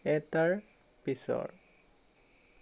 এটাৰ পিছৰ